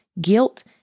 guilt